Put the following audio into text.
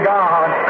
God